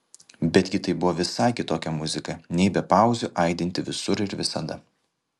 betgi tai buvo visai kitokia muzika nei be pauzių aidinti visur ir visada